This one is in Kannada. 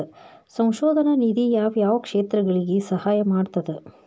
ಸಂಶೋಧನಾ ನಿಧಿ ಯಾವ್ಯಾವ ಕ್ಷೇತ್ರಗಳಿಗಿ ಸಹಾಯ ಮಾಡ್ತದ